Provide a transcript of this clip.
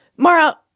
Mara